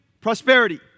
prosperity